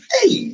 Hey